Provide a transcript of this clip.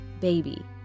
baby